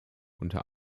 unter